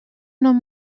nom